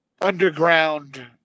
underground